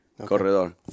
Corredor